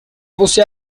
você